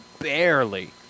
barely